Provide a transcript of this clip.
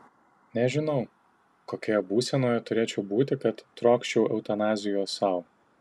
nežinau kokioje būsenoje turėčiau būti kad trokščiau eutanazijos sau